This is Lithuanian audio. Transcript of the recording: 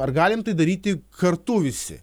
ar galim tai daryti kartu visi